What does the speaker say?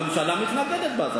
הממשלה מתנגדת?